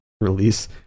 release